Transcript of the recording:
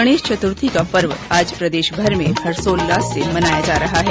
गणेश चतुर्थी का पर्व आज प्रदेशभर में परम्परागत हर्षोल्लास से मनाया जा रहा है